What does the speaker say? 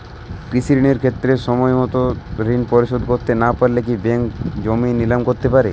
কৃষিঋণের ক্ষেত্রে সময়মত ঋণ পরিশোধ করতে না পারলে কি ব্যাঙ্ক জমি নিলাম করতে পারে?